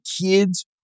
kids